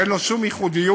ואין לו שום ייחודיות,